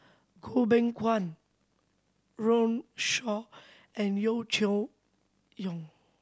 Goh Beng Kwan Runme Shaw and Yeo Cheow Yong